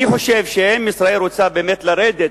אני חושב שאם ישראל רוצה באמת לרדת